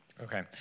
Okay